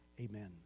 Amen